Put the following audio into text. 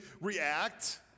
react